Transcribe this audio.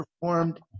performed